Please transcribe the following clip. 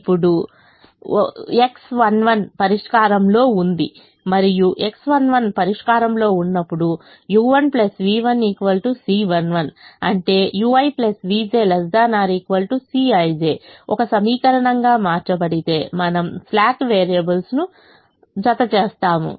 ఇప్పుడు X11 పరిష్కారంలో ఉంది మరియు X11 పరిష్కారంలో ఉన్నప్పుడు u1 v1 C11 అంటే ui vj ≤ Cij ఒక సమీకరణంగా మార్చబడితే మనము స్లాక్ వేరియబుల్స్ను జతచేస్తాము